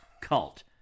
cult